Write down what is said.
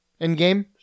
Endgame